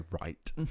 right